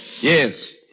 Yes